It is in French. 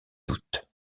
doutes